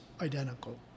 identical